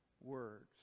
words